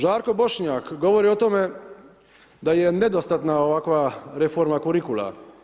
Žarko Bošnjak govori o tome da je nedostatna ovakva reforma kurikula.